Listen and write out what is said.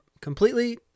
completely